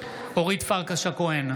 אורית פרקש הכהן,